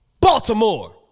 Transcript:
Baltimore